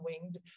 winged